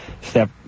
step